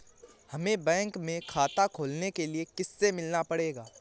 हमे बैंक में खाता खोलने के लिए किससे मिलना पड़ेगा?